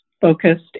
focused